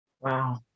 Wow